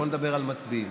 בוא נדבר על מצביעים.